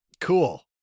Cool